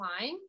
line